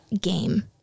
game